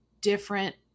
different